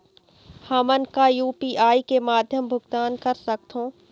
हमन का यू.पी.आई के माध्यम भुगतान कर सकथों?